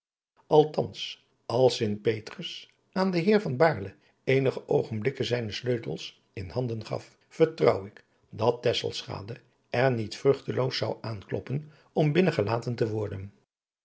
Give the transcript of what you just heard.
als sint petrus aan den heer van baerle eenige oogenblikken zijne sleutels in handen gaf vertrouw ik dat tesselschade er niet vruchteloos zou aankloppen om binnen gelaten te worden